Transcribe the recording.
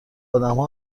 ادمها